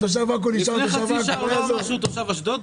לפני כמה דקות אמר שהוא תושב אשדוד.